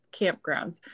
campgrounds